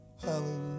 Hallelujah